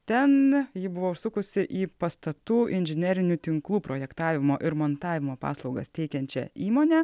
ten ji buvo užsukusi į pastatų inžinerinių tinklų projektavimo ir montavimo paslaugas teikiančią įmonę